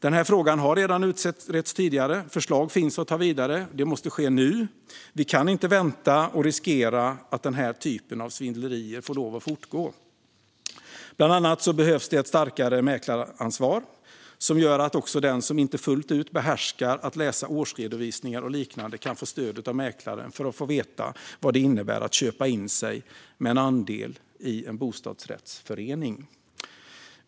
Denna fråga har redan utretts. Förslag finns att gå vidare med. Det måste ske nu. Vi kan inte vänta och riskera att den här typen av svindlerier får fortgå. Bland annat behövs ett starkare mäklaransvar som gör att också den som inte fullt ut behärskar att läsa årsredovisningar och liknande kan få stöd av mäklaren för att få veta vad det innebär att köpa in sig med en andel i en bostadsrättsförening.